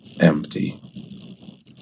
empty